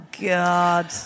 God